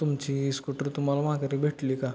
तुमची स्कूटर तुम्हाला माघारी भेटली का